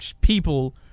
people